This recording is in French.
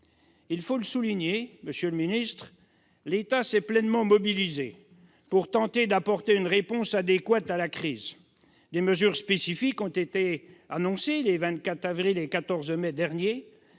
Il faut le souligner, monsieur le secrétaire d'État, l'État s'est pleinement mobilisé pour tenter d'apporter une réponse adéquate à la crise. Des mesures spécifiques ont été annoncées les 24 avril et 14 mai derniers.